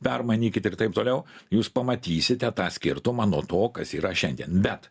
permanykit ir taip toliau jūs pamatysite tą skirtumą nuo to kas yra šiandien bet